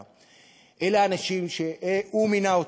לממשלה, אלה האנשים שהוא מינה.